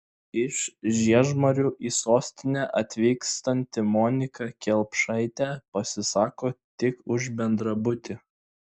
iš žiežmarių į sostinę atvykstanti monika kelpšaitė pasisako tik už bendrabutį